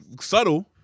subtle